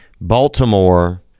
Baltimore